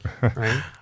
Right